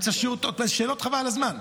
אמצע שיעור, שאלות חבל על הזמן,